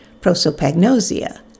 prosopagnosia